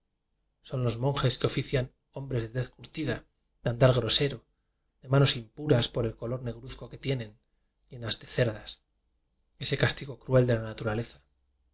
son los monjes que ofician hombres de tez curtida de andar grosero de manos impuras por el color negruzco que tienen llenas de cerdas ese castigo cruel de la na